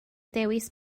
dewis